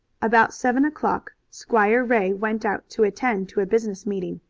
about seven o'clock squire ray went out to attend to a business meeting,